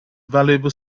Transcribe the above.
valuable